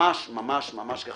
ממש ממש כך.